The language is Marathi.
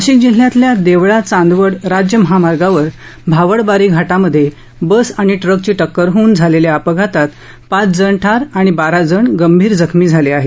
नाशिक जिल्ह्यातल्या देवळा चांदवड राज्य महामार्गावर भावडबारी घाटात आणि ट्रकची टक्कर होऊन झालेल्या अपघातात पाचजण ठार आणि बाराजण गंभीर जखमी झाले आहेत